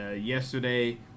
yesterday